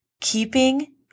keeping